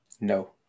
No